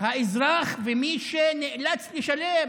לאזרח ומי שנאלץ לשלם